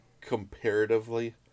comparatively